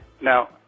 Now